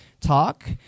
talk